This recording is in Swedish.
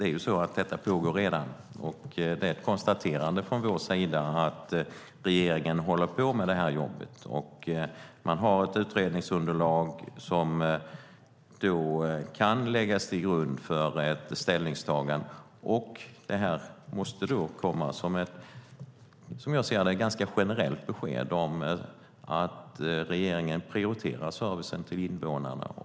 Fru talman! Detta pågår ju redan. Det är ett konstaterande från vår sida att regeringen håller på med det här jobbet. Man har ett utredningsunderlag som kan läggas till grund för ett ställningstagande, och det måste komma som ett ganska generellt besked om att regeringen prioriterar servicen till invånarna.